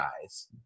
guys